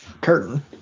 curtain